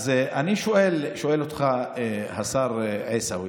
אז אני שואל אותך, השר עיסאווי.